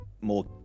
more